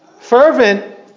fervent